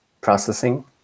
processing